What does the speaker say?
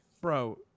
bro